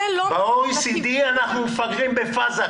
ב-OECD אנחנו מפגרים בפזה.